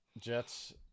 Jets